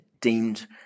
deemed